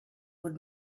would